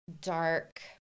dark